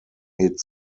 hit